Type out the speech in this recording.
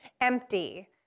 empty